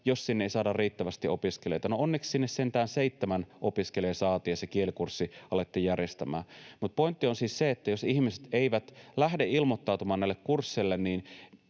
jos sinne ei saada riittävästi opiskelijoita. No, onneksi sinne sentään seitsemän opiskelijaa saatiin ja sitä kielikurssia alettiin järjestämään. Mutta pointti on siis se, että jos ihmiset eivät lähde ilmoittautumaan näille kursseille,